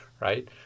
right